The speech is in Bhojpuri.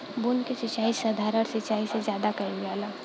बूंद क सिचाई साधारण सिचाई से ज्यादा कईल जाला